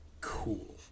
cool